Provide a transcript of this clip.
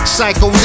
Psycho